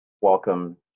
welcome